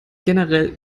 generell